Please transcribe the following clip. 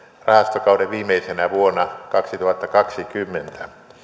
rahastokauden viimeisenä vuonna vuonna kaksituhattakaksikymmentä